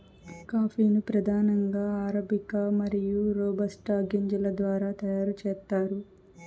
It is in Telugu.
కాఫీ ను ప్రధానంగా అరబికా మరియు రోబస్టా గింజల ద్వారా తయారు చేత్తారు